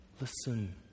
Listen